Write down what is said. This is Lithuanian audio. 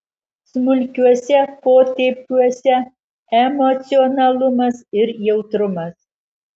smulkiuose potėpiuose emocionalumas ir jautrumas